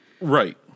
right